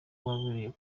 wabaye